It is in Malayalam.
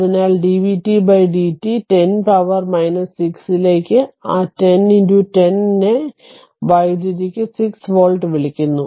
അതിനാൽ dvtdt 10 പവർ 6 ലേക്ക് ആ 10 10 നെ വൈദ്യുതിക്ക് 6 വോൾട്ട് എന്ന് വിളിക്കുന്നു